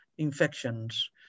infections